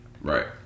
Right